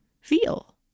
feel